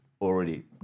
already